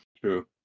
True